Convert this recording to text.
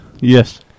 Yes